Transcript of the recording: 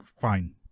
fine